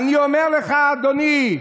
אני אומר לך, אדוני,